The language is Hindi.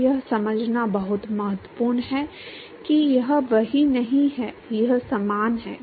तो यह समझना बहुत महत्वपूर्ण है कि यह वही नहीं है यह समान है